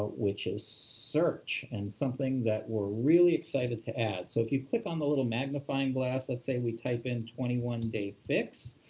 which is search and something that we're really excited to add. so if you click on the little magnifying glass, let's say we type in twenty one day fix,